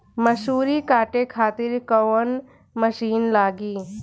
मसूरी काटे खातिर कोवन मसिन लागी?